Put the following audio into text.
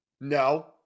No